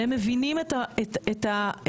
כשהם מבינים את החולשה.